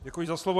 Děkuji za slovo.